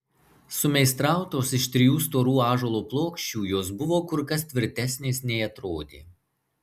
sumeistrautos iš trijų storų ąžuolo plokščių jos buvo kur kas tvirtesnės nei atrodė